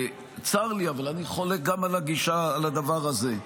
צר לי אבל אני חולק גם על הדבר הזה.